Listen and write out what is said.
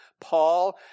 Paul